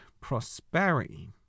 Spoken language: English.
prosperity